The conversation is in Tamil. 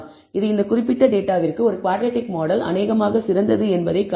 இது இந்த குறிப்பிட்ட டேட்டாவுக்கு ஒரு குவாட்ரடிக் மாடல் அநேகமாக சிறந்தது என்பதைக் காட்டும்